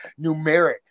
numeric